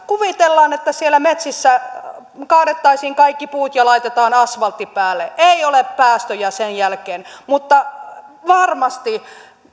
kuvitellaan että siellä metsissä kaadettaisiin kaikki puut ja laitettaisiin asfaltti päälle ei ole päästöjä sen jälkeen mutta varmasti